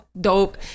dope